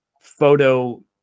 photo